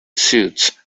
suits